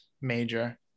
major